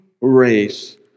race